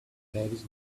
carries